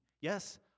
Yes